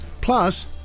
Plus